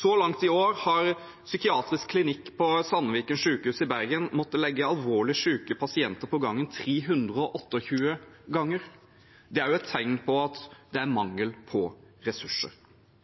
Så langt i år har psykiatrisk klinikk på Sandviken sykehus i Bergen måttet legge alvorlig syke pasienter på gangen 328 ganger. Det er også et tegn på at det er mangel på ressurser.